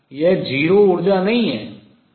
यह 0 ऊर्जा नहीं है